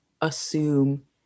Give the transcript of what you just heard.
assume